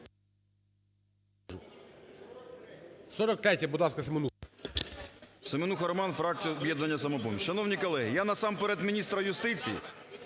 Семенуха Роман, фракція "Об'єднання "Самопоміч". Шановні колеги, я насамперед міністра юстиції